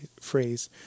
phrase